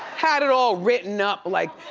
had it all written up like,